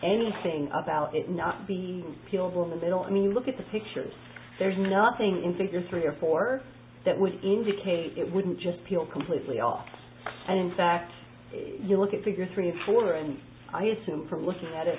anything about it not be killable in the middle i mean you look at the pictures there's nothing in figure three or four that would indicate it wouldn't just peel completely off and in fact if you look at figure three and four and i assume from looking at it